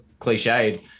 cliched